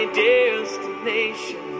destination